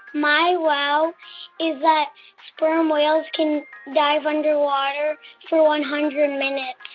my wow is that sperm whales can dive underwater for one hundred minutes.